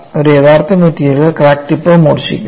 ഒരു യഥാർത്ഥ material crack tip മൂർച്ഛിക്കും